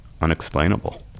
unexplainable